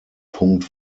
punkt